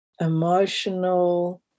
emotional